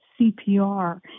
CPR